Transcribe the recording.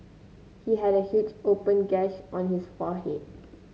he had a huge open gash on his forehead